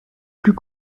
plus